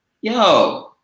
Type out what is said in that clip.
yo